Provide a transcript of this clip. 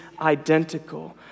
identical